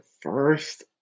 first